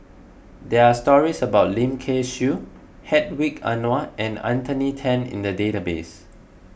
there are stories about Lim Kay Siu Hedwig Anuar and Anthony Tan in the database